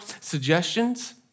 suggestions